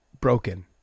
broken